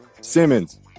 Simmons